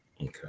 Okay